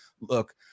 look